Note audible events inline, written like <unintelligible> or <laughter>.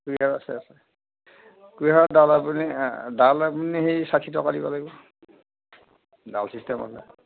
<unintelligible> কুহিয়াৰ আছে কুহিয়াৰৰ দাম আপুনি এ ডাল আপুনি সেই ষাঠি টকা দিব লাগিব ডাল চিষ্টেম হ'লে